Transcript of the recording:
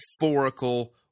metaphorical